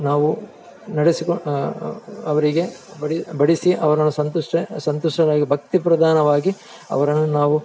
ನಾವು ನಡೆಸಿಕೊಂಡು ಅವರಿಗೆ ಬಡಿ ಬಡಿಸಿ ಅವರನ್ನು ಸಂತುಷ್ಟ ಸಂತುಷ್ಟರಾಗಿ ಭಕ್ತಿ ಪ್ರಧಾನವಾಗಿ ಅವರನ್ನು ನಾವು